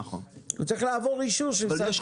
לפי חוק